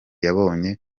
yabonye